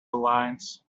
lines